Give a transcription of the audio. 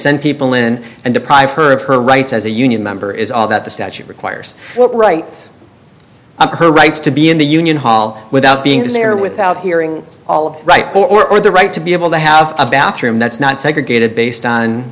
send people in and deprive her of her rights as a union member is all that the statute requires what rights her rights to be in the union hall without being there without hearing all of right or or the right to be able to have a bathroom that's not segregated based on